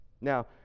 Now